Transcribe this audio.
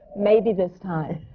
maybe this time.